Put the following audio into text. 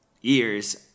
years